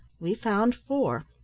we found four,